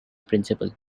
principle